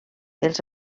els